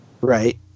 Right